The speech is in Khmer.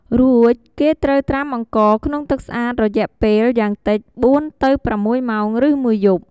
រួចគេត្រូវត្រាំអង្ករក្នុងទឹកស្អាតរយៈពេលយ៉ាងតិច ៤-៦ ម៉ោង ឬមួយយប់។